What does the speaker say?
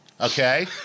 okay